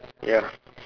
ya